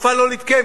סופה לא להתקיים,